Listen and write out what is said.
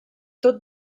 tot